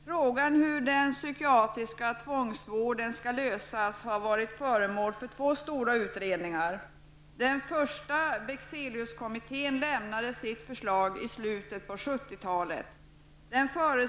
Herr talman! Frågan om hur den psykiatriska tvångsvården skall lösas har varit föremål för två stora utredningar. Den första, Bexeliuskommittén, lämnade sitt förslag i slutet av 70-talet.